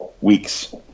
weeks